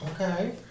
okay